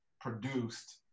produced